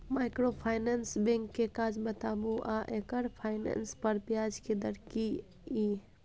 Microfinance bank के काज बताबू आ एकर फाइनेंस पर ब्याज के दर की इ?